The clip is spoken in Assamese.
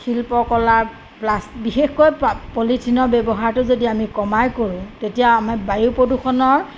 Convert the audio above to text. শিল্পকলাৰ প্লাষ্ট বিশেষকৈ পলিথিনৰ ব্যৱহাৰটো যদি আমি কমাই কৰোঁ তেতিয়া আমি বায়ু প্ৰদূষণৰ